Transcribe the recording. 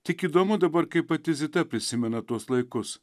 tik įdomu dabar kaip pati zita prisimena tuos laikus